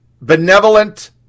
Benevolent